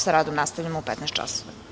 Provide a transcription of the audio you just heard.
Sa radom nastavljamo u 15.00 časova.